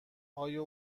آیا